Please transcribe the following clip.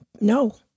No